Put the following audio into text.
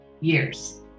years